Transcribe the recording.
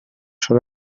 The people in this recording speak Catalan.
són